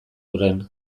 hurren